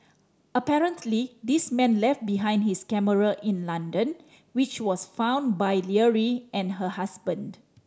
apparently this man left behind his camera in London which was found by Leary and her husband